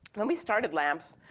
when we started labs,